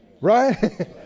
right